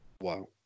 wow